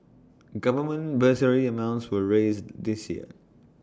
government bursary amounts were raised this year